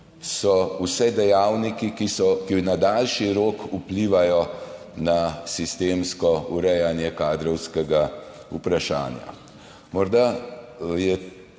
so dejavnik, ki na daljši rok vpliva na sistemsko urejanje kadrovskega vprašanja.